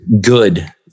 good